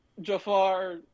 Jafar